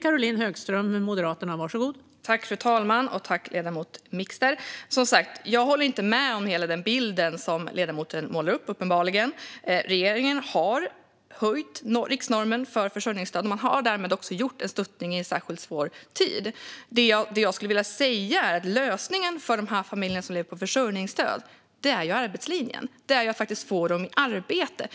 Fru talman! Jag håller som sagt inte med om hela den bild som ledamoten målar upp. Regeringen har höjt riksnormen för försörjningsstöd. Man har därmed också gjort en stöttning i en särskilt svår tid. Det jag skulle vilja säga är att lösningen för familjerna som lever på försörjningsstöd är arbetslinjen, att vi får dem i arbete.